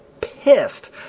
pissed